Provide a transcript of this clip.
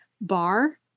bar